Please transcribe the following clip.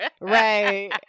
right